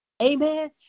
Amen